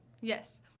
Yes